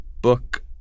book